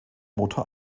motor